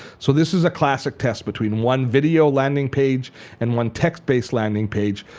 so this is a classic test between one video landing page and one text-based landing page.